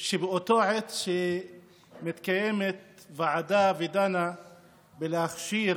באותה עת שמתקיימת ועדה ודנה בלהכשיר